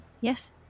yes